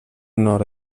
nord